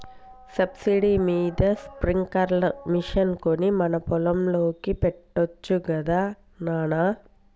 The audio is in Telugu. సబ్సిడీ మీద స్ప్రింక్లర్ మిషన్ కొని మన పొలానికి పెట్టొచ్చు గదా నాన